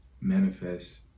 manifest